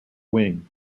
wing